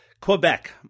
Quebec